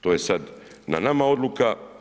To je sad na nama odluka.